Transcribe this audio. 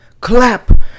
clap